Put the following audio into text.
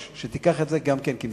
זה כמשימה.